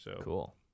Cool